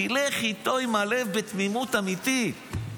לך איתו עם הלב בתמימות אמיתית.